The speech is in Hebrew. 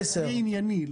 אני ענייני.